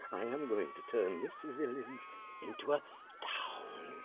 i'm going to turn this village into a town.